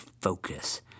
focus